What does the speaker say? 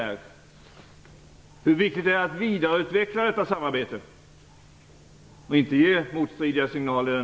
Det är viktigt att vi vidareutvecklar detta samarbete och inte ger motstridiga signaler.